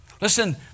Listen